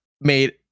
made